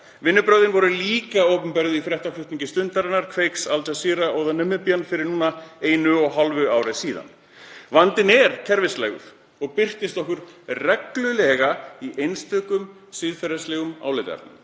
Vinnubrögðin voru líka opinberuð í fréttaflutningi Stundarinnar, Kveiks, Al Jazeera og The Namibian fyrir einu og hálfu ári síðan. Vandinn er kerfislægur og birtist okkur reglulega í einstökum siðferðislegum álitaefnum